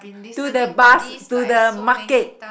to the bus to the market